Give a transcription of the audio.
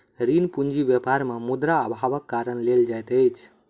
ऋण पूंजी व्यापार मे मुद्रा अभावक कारण लेल जाइत अछि